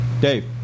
Dave